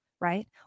right